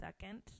second